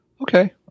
okay